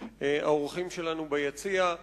האורחים שלנו שנמצאים אתנו ביציע,